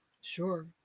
Sure